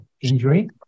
injury